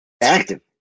active